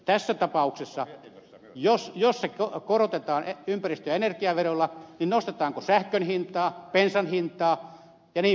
tässä tapauksessa jos se korotetaan ympäristö ja energiaveroilla niin nostetaanko sähkön hintaa bensan hintaa jnp